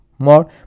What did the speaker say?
more